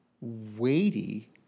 weighty